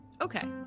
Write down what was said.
Okay